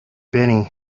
benny